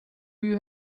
you